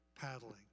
paddling